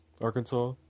Arkansas